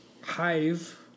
hive